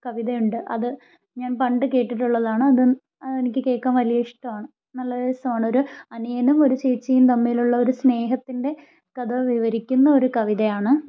കവിതയുണ്ട് അത് ഞാൻ പണ്ട് കേട്ടിട്ടുള്ളതാണ് അത് എനിക്ക് കേൾക്കാൻ വലിയ ഇഷ്ടമാണ് നല്ല രസമാണ് ഒരനിയനും ഒരു ചേച്ചിയും തമ്മിലുള്ള ഒരു സ്നേഹത്തിൻ്റെ കഥ വിവരിക്കുന്ന ഒരു കവിതയാണ്